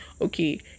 Okay